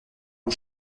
ont